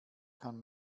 kann